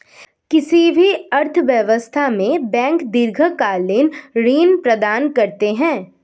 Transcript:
किसी भी अर्थव्यवस्था में बैंक दीर्घकालिक ऋण प्रदान करते हैं